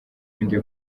ibindi